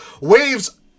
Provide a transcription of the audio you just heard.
waves